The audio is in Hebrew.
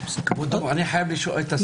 כבודו, אני חייב לשאול את השר.